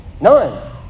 None